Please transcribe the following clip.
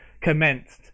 Commenced